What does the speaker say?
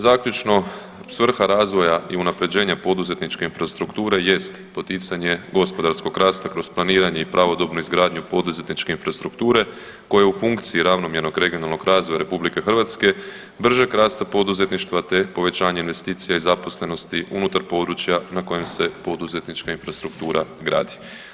Zaključno, svrha razvoja i unaprjeđenja poduzetničke infrastrukture jest poticanje gospodarskog rasta kroz planiranje i pravodobnu izgradnju poduzetničke infrastrukture koja je u funkciji ravnomjernog regionalnog razvoja RH, bržeg rasta poduzetništva te povećanje investicije i zaposlenosti unutar područja na kojem se poduzetnička infrastruktura gradi.